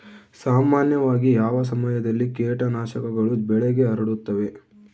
ಸಾಮಾನ್ಯವಾಗಿ ಯಾವ ಸಮಯದಲ್ಲಿ ಕೇಟನಾಶಕಗಳು ಬೆಳೆಗೆ ಹರಡುತ್ತವೆ?